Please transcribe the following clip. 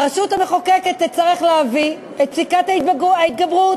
הרשות המחוקקת תצטרך להביא את פסקת ההתגברות,